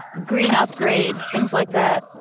green upgrades, things like that.